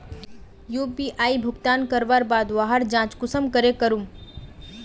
UPI भुगतान करवार बाद वहार जाँच कुंसम करे करूम?